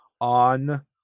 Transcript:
on